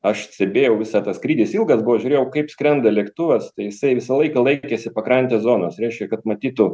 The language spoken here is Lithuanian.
aš stebėjau visą tą skrydį jis ilgas buvo žiūrėjau kaip skrenda lėktuvas tai jisai visą laiką laikėsi pakrantės zonos reiškia kad matytų